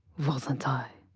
wasn't i?